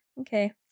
Okay